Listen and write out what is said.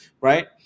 right